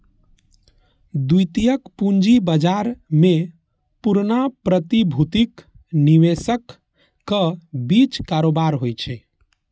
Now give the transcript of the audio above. द्वितीयक पूंजी बाजार मे पुरना प्रतिभूतिक निवेशकक बीच कारोबार होइ छै